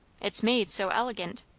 it's made so elegant.